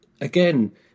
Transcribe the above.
again